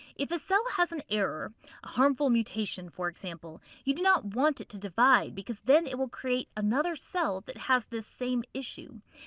if a cell has an error a harmful mutation for example you do not want it to divide because then it will create another cell that has this same issue